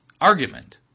argument